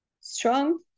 Strong